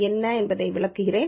என்ன என்பதை விளக்குகிறேன்